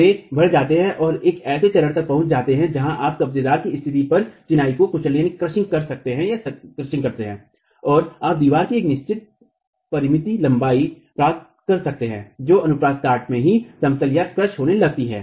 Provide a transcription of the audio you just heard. वे बढ़ जाते हैं और एक ऐसे चरण तक पहुँचते जहाँ आप कब्जेदार कि स्तिथि पर चिनाई को कुचल सकते हैं और आप दीवार की एक निश्चित परिमित लंबाई प्राप्त कर सकते हैं जो अनुप्रस्थ काट में ही समतल या क्रश होने लगती है